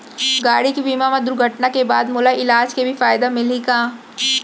गाड़ी के बीमा मा दुर्घटना के बाद मोला इलाज के भी फायदा मिलही का?